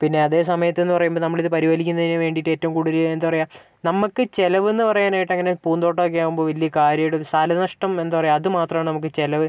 പിന്നെ അതേസമയത്തെന്നു പറയുമ്പോൾ നമ്മളിത് പരിപാലിക്കുന്നതിനു വേണ്ടിയിട്ട് ഏറ്റവും കൂടുതല് എന്താ പറയുക നമുക്ക് ചിലവെന്ന് പറയാൻ ആയിട്ട് അങ്ങനെ പൂന്തോട്ടം ഒക്കെയാകുമ്പോൾ വലിയ കാര്യമായിട്ട് സ്ഥലനഷ്ടം എന്താ പറയുക അതുമാത്രമാണ് നമുക്ക് ചിലവ്